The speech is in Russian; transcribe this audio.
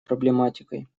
проблематикой